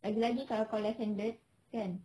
lagi-lagi kalau kau left handed kan